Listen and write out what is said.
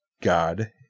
God